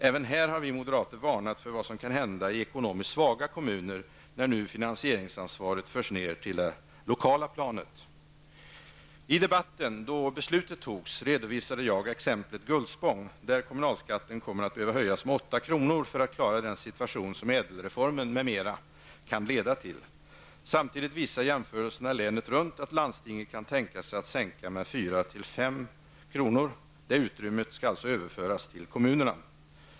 Även här har vi moderater varnat för vad som kan hända i ekonomiskt svaga kommuner, när nu finansieringsansvaret förs ned till det lokala planet. I debatten då beslutet fattades, redovisade jag exemplet Gullspång, där kommunalskatten kommer att behöva höjas med 8 kr. för att klara den situation som ÄDEL-reformen m.m. kan leda till. Samtidigt visar jämförelserna länet runt att landstinget kan tänka sig att sänka skatten med 4-- 5 kr. -- det utrymmet skall alltså överföras till kommunerna.